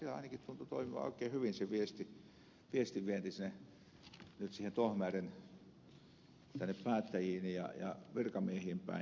siellä ainakin tuntui toimivan oikein hyvin se viestin vienti tohmajärven päättäjiin ja virkamiehiin päin